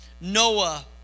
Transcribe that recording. Noah